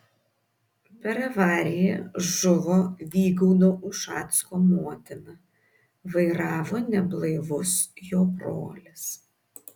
per avariją žuvo vygaudo ušacko motina vairavo neblaivus jo brolis